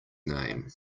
name